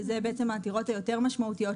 שזה בעצם העתירות היותר משמעותית,